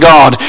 God